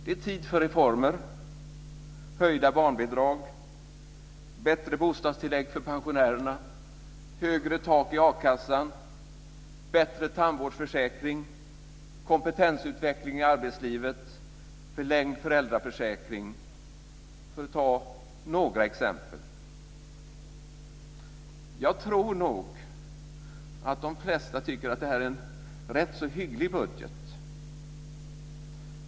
Det är tid för reformer, höjda barnbidrag, bättre bostadstillägg för pensionärerna, högre tak i a-kassan, bättre tandvårdsförsäkring, kompetensutveckling i arbetslivet, förlängd föräldraförsäkring - för att ta några exempel. Jag tror nog att de flesta tycker att det här är en rätt hygglig budget.